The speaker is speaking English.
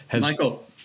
Michael